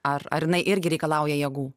ar ar jinai irgi reikalauja jėgų